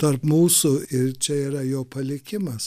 tarp mūsų ir čia yra jo palikimas